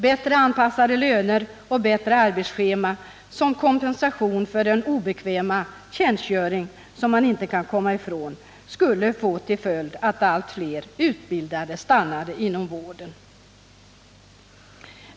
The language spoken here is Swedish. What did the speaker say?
Bättre anpassade löner och bättre arbetsschema, som kompensation för den obekväma tjänstgöring man inte kan komma ifrån, skulle få till följd att fler utbildade stannade inom vården.